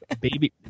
baby